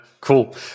cool